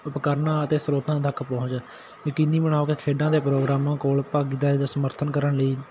ਉਪਕਰਣਾਂ ਅਤੇ ਸਰੋਤਾਂ ਤੱਕ ਪਹੁੰਚ ਯਕੀਨੀ ਬਣਾਓ ਕਿ ਖੇਡਾਂ ਦੇ ਪ੍ਰੋਗਰਾਮਾਂ ਕੋਲ ਭਾਗੀਦਾਰੀ ਦਾ ਸਮਰਥਨ ਕਰਨ ਲਈ